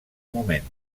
moment